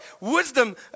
Wisdom